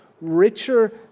richer